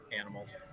animals